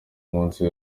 munsi